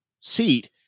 seat